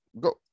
Go